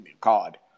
card